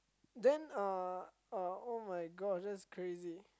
then uh uh [oh]-my-God that's crazy